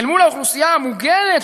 אל מול האוכלוסייה המוגנת,